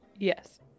Yes